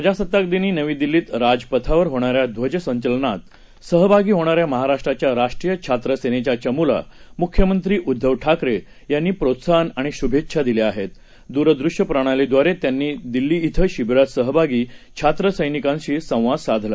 प्रजासत्ताकदिनीनवीदिल्लीतराजपथावरहोणाऱ्याध्वजसंचलनातसहभागीहोणाऱ्यामहाराष्ट्राच्याराष्ट्रीयछात्रसेनेच्याचमूलामुख्यमं त्रीउद्दवठाकरेयांनीप्रोत्साहनआणिशुभेच्छादिल्याआहेतदूरदृश्यप्रणालीद्वारेत्यांनीदिल्लीतिशिबीरातसहभागीछात्रसैनिकांशीसंवादसाधला